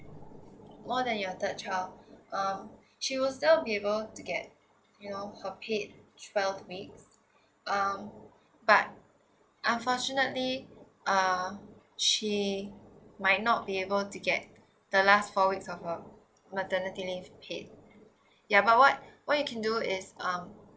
more than your third child um she will still be able to get you know her paid twelve weeks um but unfortunately uh she might not be able to get the last four weeks of her maternity leave paid ya but what what you can do is um